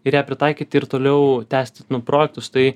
ir ją pritaikyti ir toliau tęsti projektus tai